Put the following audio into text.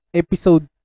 episode